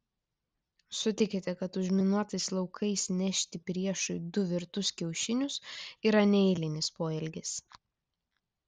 sutikite kad užminuotais laukais nešti priešui du virtus kiaušinius yra neeilinis poelgis